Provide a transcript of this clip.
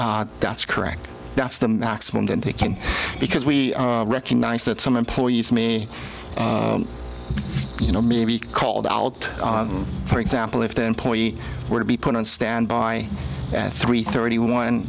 day that's correct that's the maximum that they can because we recognize that some employees me you know may be called out for example if the employee were to be put on standby at three thirty one